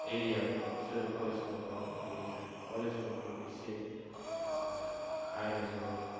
एरियायावसो कलेजफोर दङ बिनिखाय कलेजफोरखौ एसे आरो जोंनि